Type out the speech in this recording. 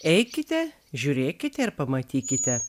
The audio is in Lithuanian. eikite žiūrėkite ir pamatykite